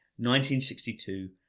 1962